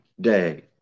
day